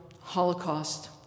Holocaust